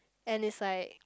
and it's like